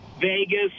vegas